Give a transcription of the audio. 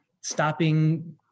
stopping